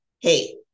hey